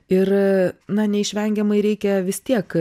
ir na neišvengiamai reikia vis tiek